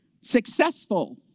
successful